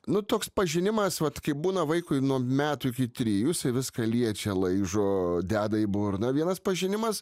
nu toks pažinimas vat kaip būna vaikui nuo metų iki trijų jisai viską liečia laižo deda į burną vienas pažinimas